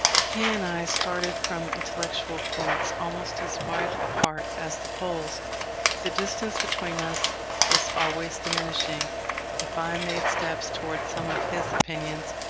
he and i started from intellectual points almost as wide apart as the poles, but the distance between us was always diminishing if i made steps towards some of his opinions,